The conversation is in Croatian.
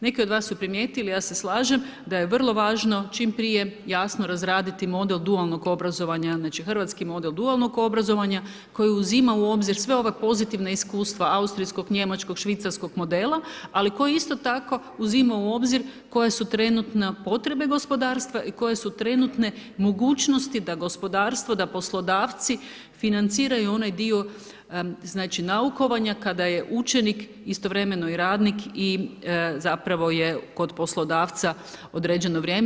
Neki od vas su primijetili, ja se slažem, da je vrlo važno, čim prije, jasno razraditi model dualnog obrazovanja, znači hrvatski model dualnog obrazovanja, koji uzima u obzir sva ova pozitivnog iskustva, austrijskog, njemačkog, švicarskog modela, ali koji isto tako uzima u obzir koja su trenutna potreba gospodarstva i koje su trenutne mogućnosti, da gospodarstvo, da poslodavci financiraju onaj dio naukovanja, kada je učenik istovremeno i radnik i zapravo je kod poslodavca određeno vrijeme.